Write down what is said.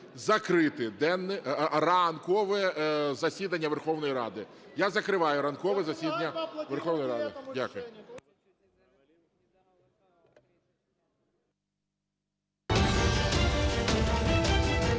денне... ранкове засідання Верховної Ради. Я закриваю ранкове засідання Верховної Ради. Дякую.